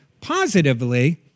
positively